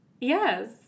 Yes